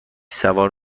سوار